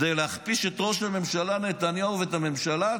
כדי להכפיש את ראש הממשלה נתניהו ואת הממשלה,